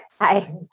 Hi